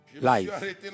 life